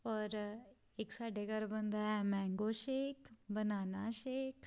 ਔਰ ਇੱਕ ਸਾਡੇ ਘਰ ਬਣਦਾ ਹੈ ਮੈਂਗੋ ਸ਼ੇਕ ਬਨਾਨਾ ਸ਼ੇਕ